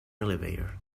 elevator